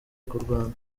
kurwana